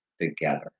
together